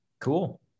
Cool